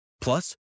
Plus